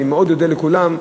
אני אודה לכולם,